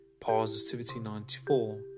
Positivity94